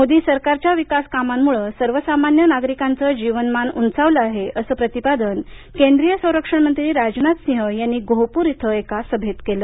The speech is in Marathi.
मोदी सरकारच्या विकास कामांमुळं सर्वसामान्य नागरिकांचं जीवनमान उंचावलं आहे असं प्रतिपादन केंद्रीय संरक्षण मंत्री राजनाथ सिंह यांनी गोहपूर इथं एका सभेत सांगितलं